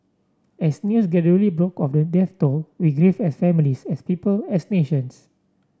as news gradually broke of the death toll we grieved as families as people as nations